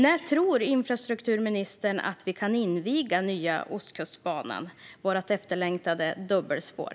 När tror infrastrukturministern att vi kan inviga nya Ostkustbanan, vårt efterlängtade dubbelspår?